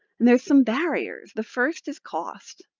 and there's some barriers. the first is cost.